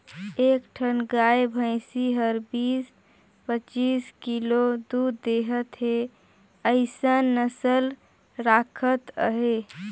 एक ठन गाय भइसी हर बीस, पचीस किलो दूद देहत हे अइसन नसल राखत अहे